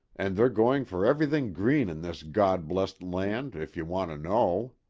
and they're going for everything green in this god blest land, if you want to know.